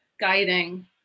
guiding